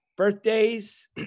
birthdays